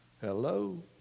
Hello